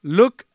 look